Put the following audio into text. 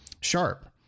Sharp